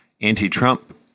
anti-Trump